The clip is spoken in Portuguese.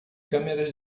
câmeras